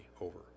over